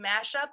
mashup